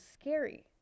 scary